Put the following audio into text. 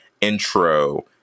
intro